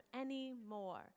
anymore